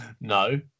No